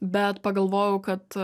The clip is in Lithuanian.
bet pagalvojau kad